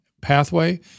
pathway